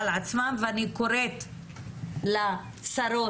אני קוראת לשרות,